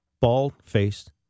Bald-faced